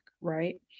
Right